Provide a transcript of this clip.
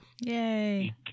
Yay